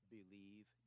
Believe